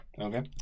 Okay